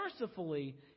mercifully